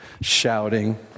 shouting